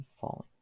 falling